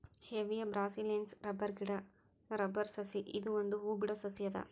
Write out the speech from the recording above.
Hevea ಬ್ರಾಸಿಲಿಯೆನ್ಸಿಸ್ rubber ಗಿಡಾ rubber ಸಸಿ ಇದು ಒಂದ್ ಹೂ ಬಿಡೋ ಸಸಿ ಅದ